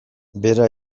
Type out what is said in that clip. bera